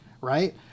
right